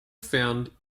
found